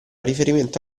riferimento